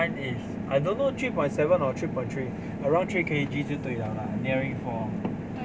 mine is I don't know three point seven or three point three around three K_G 就对 liao 啦 nearing four ah